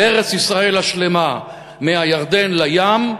על ארץ-ישראל השלמה מהירדן לים,